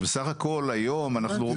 בסך הכל היום אנחנו --- הבנתי,